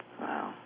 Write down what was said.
Wow